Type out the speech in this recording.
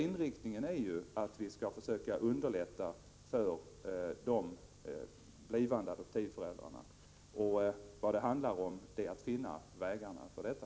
Inriktningen är ju att vi skall försöka underlätta för de blivande adoptivföräldrarna. Vad det handlar om är ju att finna vägarna för detta.